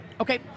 Okay